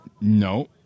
No